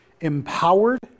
empowered